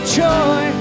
joy